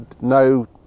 no